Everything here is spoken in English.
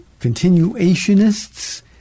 continuationists